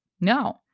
No